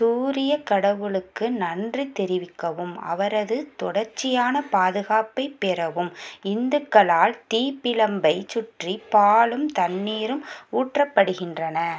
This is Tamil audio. சூரியக் கடவுளுக்கு நன்றி தெரிவிக்கவும் அவரது தொடர்ச்சியான பாதுகாப்பைப் பெறவும் இந்துக்களால் தீப்பிழம்பைச் சுற்றி பாலும் தண்ணீரும் ஊற்றப்படுகின்றன